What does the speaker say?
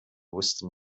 wusste